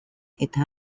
eta